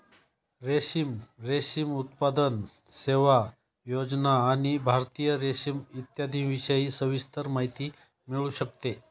रेशीम, रेशीम उत्पादन, सेवा, योजना आणि भारतीय रेशीम इत्यादींविषयी सविस्तर माहिती मिळू शकते